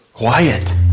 Quiet